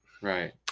Right